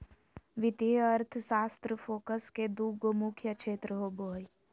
वित्तीय अर्थशास्त्र फोकस के दू गो मुख्य क्षेत्र होबो हइ